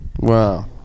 Wow